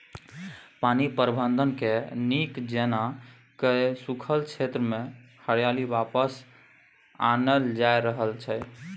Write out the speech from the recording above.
पानि प्रबंधनकेँ नीक जेना कए सूखल क्षेत्रमे हरियाली वापस आनल जा रहल छै